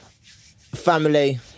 Family